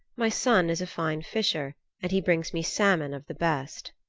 my son is a fine fisher and he brings me salmon of the best.